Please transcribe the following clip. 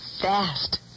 fast